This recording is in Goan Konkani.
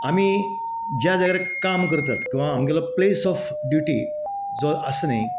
आमी ज्या जाग्यार काम करतात किंवां आमगेलो प्लेस ऑफ ड्युटी जो आसा न्ही